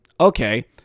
Okay